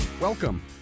Welcome